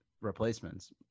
replacements